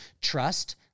Trust